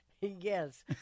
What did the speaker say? Yes